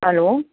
hello